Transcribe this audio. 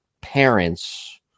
parents